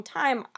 time